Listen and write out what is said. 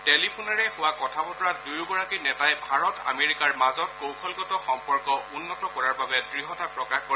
টেলিফোনেৰে হোৱা কথা বতৰাত দুয়োগৰাকী নেতাই ভাৰত আমেৰিকাৰ মাজত কৌশলগত সম্পৰ্ক উন্নত কৰাৰ বাবে দ্য়তা প্ৰকাশ কৰে